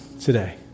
today